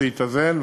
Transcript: זה התאזן,